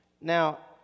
Now